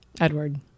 Edward